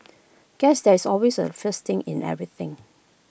guess there is always A first in everything